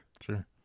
Sure